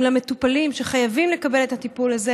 עם מטופלים שחייבים לקבל את הטיפול הזה.